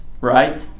right